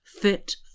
fit